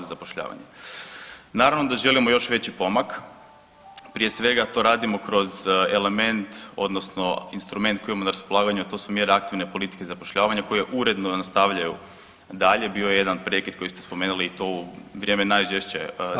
Naravno da želimo još veći pomak, prije svega to radimo kroz element, odnosno instrument koji imamo na raspolaganju, a to su mjere aktivne politike zapošljavanja, koje uredno nastavljaju dalje, bio je jedan prekid koji ste spomenuli i to u vrijeme najžešće